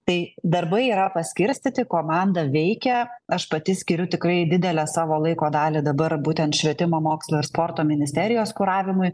tai darbai yra paskirstyti komanda veikia aš pati skiriu tikrai didelę savo laiko dalį dabar būtent švietimo mokslo ir sporto ministerijos kuravimui